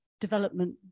development